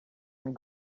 and